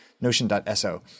notion.so